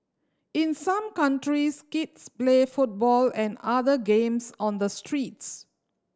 in some countries kids play football and other games on the streets